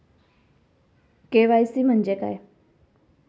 KYC म्हणजे काय आहे?